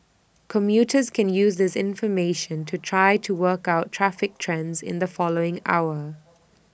commuters can use this information to try to work out traffic trends in the following hour